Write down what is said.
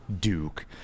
Duke